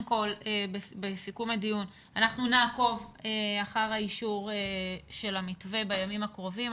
אנחנו נעקוב אחר האישור של המתווה בימים הקרובים.